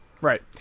Right